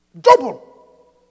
double